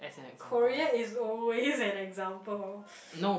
Korea is always an example